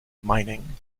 mining